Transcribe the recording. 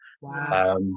Wow